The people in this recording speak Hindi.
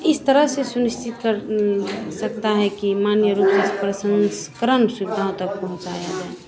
इस तरह से सुनिश्चित कर सकता है कि मान्य रूप से इस्पर्सन्स क्रम सुविधाओं तक पहुँचाया जाए